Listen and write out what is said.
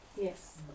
yes